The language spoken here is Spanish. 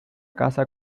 casa